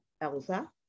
Elsa